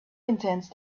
intense